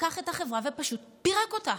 לקח את החברה ופשוט פירק אותה,